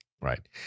Right